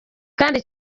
kandi